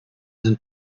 sind